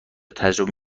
تجربه